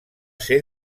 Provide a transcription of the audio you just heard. ser